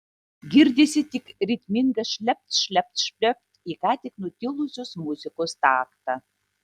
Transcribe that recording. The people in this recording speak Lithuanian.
girdisi tik ritmingas šlept šlept šlept į ką tik nutilusios muzikos taktą